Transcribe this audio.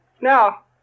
Now